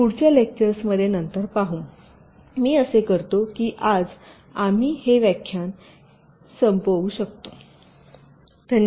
तर मी असे करतो की आज आम्ही हे व्याख्यान संपवू शकतो